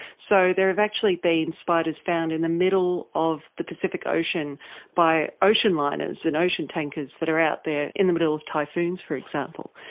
so there have actually been spiders found in the middle of the pacific ocean by ocean liners and ocean tankers that are out there in the middle of typhoons, for example.